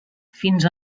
fins